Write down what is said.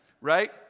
Right